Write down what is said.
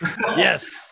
Yes